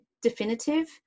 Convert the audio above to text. definitive